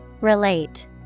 Relate